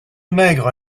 maigre